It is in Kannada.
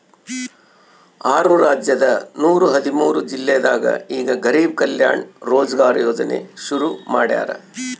ಆರು ರಾಜ್ಯದ ನೂರ ಹದಿಮೂರು ಜಿಲ್ಲೆದಾಗ ಈ ಗರಿಬ್ ಕಲ್ಯಾಣ ರೋಜ್ಗರ್ ಯೋಜನೆ ಶುರು ಮಾಡ್ಯಾರ್